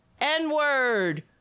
N-word